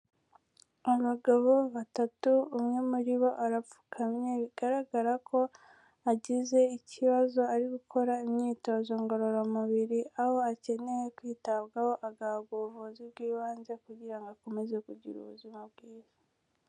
Abagabo batatu, umwe muri bo arapfukamye, bigaragara ko agize ikibazo ari gukora imyitozo ngororamubiri, aho akeneye kwitabwaho agahabwa ubuvuzi bw'ibanze kugira ngo akomeze kugira ubuzima bwiza.